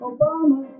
Obama